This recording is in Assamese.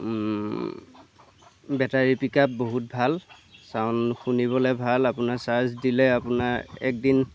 বেটাৰী পিক আপ বহুত ভাল ছাউণ্ড শুনিবলৈ ভাল আপোনাৰ চাৰ্জ দিলে আপোনাৰ এক দিন